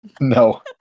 No